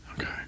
Okay